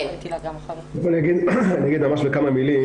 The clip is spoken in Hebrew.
אני אגיד בכמה מילים.